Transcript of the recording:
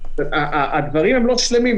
הדברים הם לא שלמים,